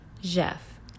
Jeff